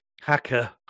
hacker